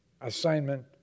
assignment